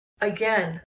Again